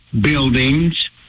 buildings